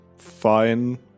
fine